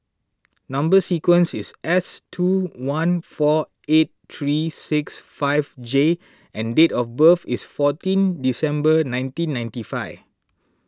Number Sequence is S two one four eight three six five J and date of birth is fourteen December nineteen ninety five